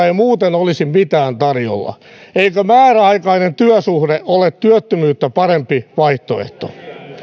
ei muuten olisi mitään tarjolla eikö määräaikainen työsuhde ole työttömyyttä parempi vaihtoehto